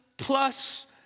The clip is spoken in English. Plus